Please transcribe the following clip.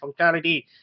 functionality